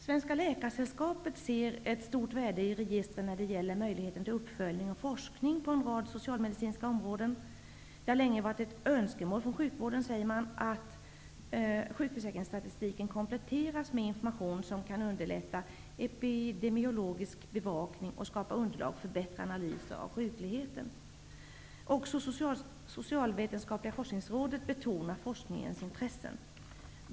Svenska läkaresällskapet ser ett stort värde i registret när det gäller möjligheter till uppföljning och forskning på en rad socialmedicinska områden. Det har länge varit ett önskemål från sjukvården att sjukförsäkringsstatistiken kompletteras med information som kan underlätta epidemiologisk bevakning och skapa underlag för bättre analys av sjukligheten, säger man. Också Socialvetenskapliga forskningsrådet betonar forskningens intressen.